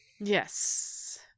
Yes